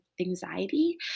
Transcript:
anxiety